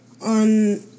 on